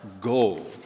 goal